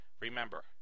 remember